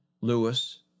Lewis